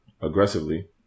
aggressively